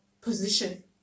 position